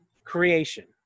creation